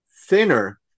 thinner